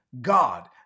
God